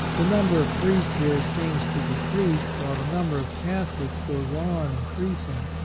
the number of priests here seems to decrease, while the number of catholics goes on increasing.